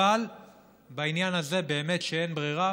אבל בעניין הזה באמת אין ברירה.